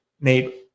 Nate